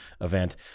event